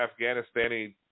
Afghanistani